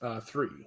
three